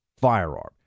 firearm